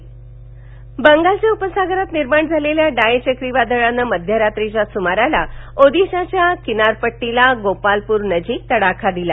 हवामान् बंगालच्या उपसागरात निर्माण झालेल्या डाये चक्रीवादळानं मध्यरात्रीच्या सुमारास ओदिशाच्या किनारपट्टीला गोपालपूर नजिक तडाखा दिला